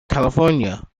california